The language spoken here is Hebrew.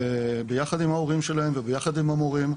ביחד עם ההורים שלהם וביחד עם המורים,